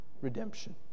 redemption